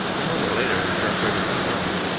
and a moment later the sharp ring of a bell.